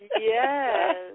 Yes